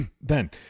Ben